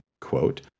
quote